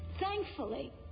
Thankfully